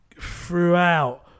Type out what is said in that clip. throughout